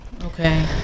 okay